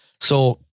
So-